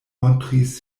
montris